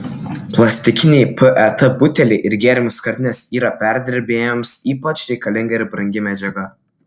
plastikiniai pet buteliai ir gėrimų skardinės yra perdirbėjams ypač reikalinga ir brangi medžiaga